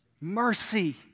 Mercy